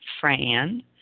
Fran